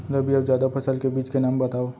रबि अऊ जादा फसल के बीज के नाम बताव?